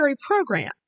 program